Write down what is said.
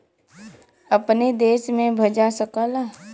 अपने देश में भजा सकला